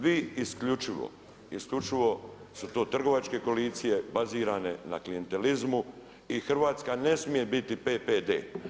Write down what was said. Vi isključivo, isključivo su to trgovačke koalicije, bazirane na klijentizmu i Hrvatska ne smije biti PPD.